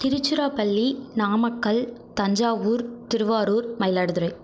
Tiruchirappalli Namakkal Thanjavur Tiruvarur Mayiladuthurai